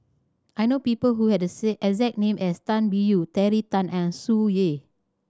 I know people who have the exact name as Tan Biyun Terry Tan and Tsung Yeh